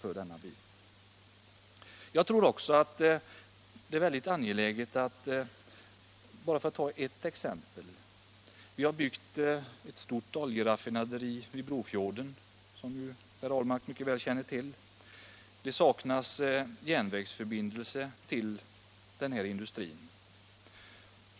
Låt mig ta ett annat mycket angeläget exempel. Vi har, som herr Ahlmark mycket väl känner till, byggt ett stort oljeraffinaderi vid Brofjorden. Det saknas järnvägsförbindelse till denna industri.